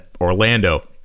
Orlando